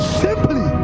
simply